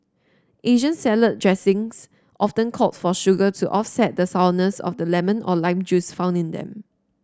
Asian salad dressings often call for sugar to offset the sourness of the lemon or lime juice found in them